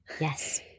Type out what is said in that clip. Yes